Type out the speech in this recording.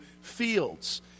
fields